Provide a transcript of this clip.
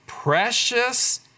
precious